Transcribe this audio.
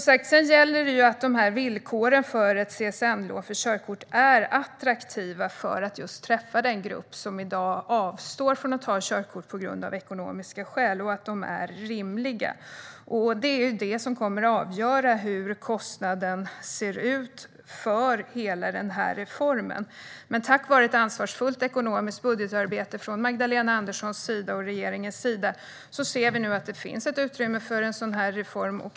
Sedan gäller det att villkoren för ett CSN-lån för körkort är attraktiva för att träffa den grupp som i dag avstår från att ta körkort av ekonomiska skäl, och de behöver vara rimliga. Det är det som kommer att avgöra hur kostnaden ser ut för hela den här reformen. Tack vare ett ansvarsfullt ekonomiskt budgetarbete från Magdalena Anderssons och regeringens sida ser vi nu att det finns ett utrymme för en sådan här reform.